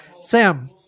Sam